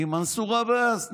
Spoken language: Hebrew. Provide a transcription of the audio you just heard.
עם מנסור עבאס.